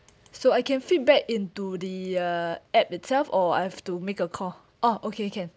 so I can feedback into the uh app itself or I have to make a call orh okay can